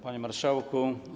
Panie Marszałku!